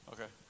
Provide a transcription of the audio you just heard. Okay